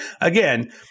Again